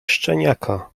szczeniaka